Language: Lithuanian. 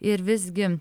ir visgi